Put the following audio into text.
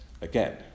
again